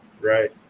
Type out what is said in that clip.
right